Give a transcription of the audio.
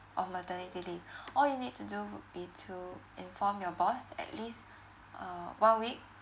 of maternity leave all you need to do would be to inform your boss at least uh one week